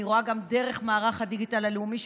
אני רואה גם דרך מערך הדיגיטל הלאומי,